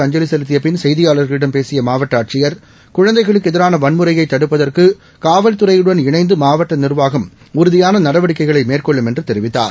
அஞ்சலிசெலுத்தியபின் செய்தியாளர்களிடம் சிறமியின் பேசியமாவட்டஆட்சியர் உடலக்கு குழந்தைகளுக்குஎதிரானவன்முறையைதடுப்பதற்குகாவல்துறையுடன் இணந்து மாவட்டநிர்வாகம் உறுதியானநடவடிக்கைளைமேற்கொள்ளும் என்றுதெரிவித்தார்